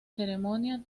ceremonia